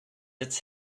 its